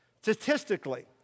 Statistically